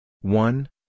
one